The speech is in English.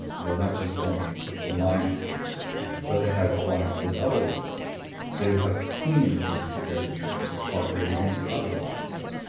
they're not just forming alliances but they have alliances of alliances, so you have teams of these pairs and trios that cooperate against other alliances.